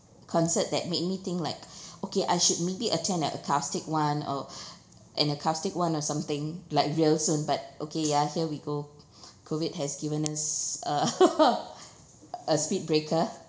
concert that made me think like okay I should maybe attended a acoustic one or an acoustic one or something like real soon but okay ya here we go COVID has given us a a speed breaker